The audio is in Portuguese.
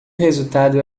resultado